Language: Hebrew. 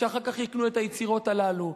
שאחר כך יקנו את היצירות הללו.